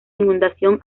inundación